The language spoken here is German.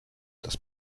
das